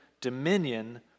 dominion